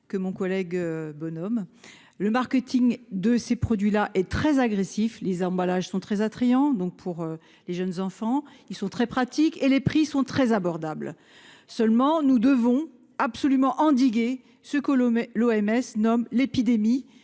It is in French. que mon collègue François Bonhomme. Le marketing de ces produits est très agressif : leurs emballages sont attrayants pour les jeunes enfants, ils sont très pratiques et leurs prix sont très abordables. Nous devons absolument endiguer ce que l'OMS nomme « épidémie